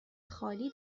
خالی